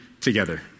together